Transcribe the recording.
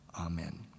Amen